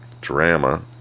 drama